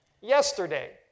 yesterday